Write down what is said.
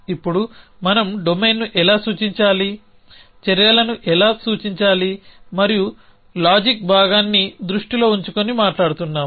ఇప్పుడు మనం డొమైన్ను ఎలా సూచించాలి చర్యలను ఎలా సూచించాలి మరియు తార్కిక భాగాన్ని దృష్టిలో ఉంచుకుని మాట్లాడుతున్నాము